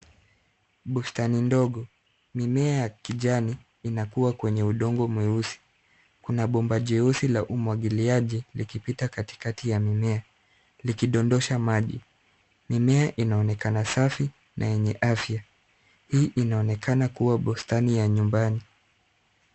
Bustani ndogo. Mimea ya kijani inakua kwenye udongo mweusi. Kuna bomba jeusi la umwagiliaji likipita katikati ya mimea likidondosha maji. Mimea inaonekana safi na yenye afya. Hii inaonekana kuwa bustani ya nyumbani.